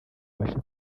babashe